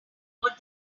what